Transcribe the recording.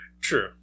True